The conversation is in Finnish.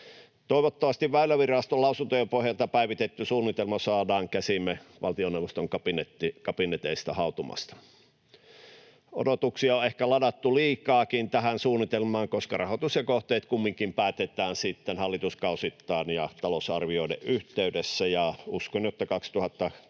Toivottavasti Väyläviraston lausuntojen pohjalta päivitetty suunnitelma saadaan käsiimme valtioneuvoston kabineteista hautumasta. Odotuksia on ehkä ladattu liikaakin tähän suunnitelmaan, koska rahoitus ja kohteet kumminkin päätetään sitten hallituskausittain ja talousarvioiden yhteydessä, ja uskon, että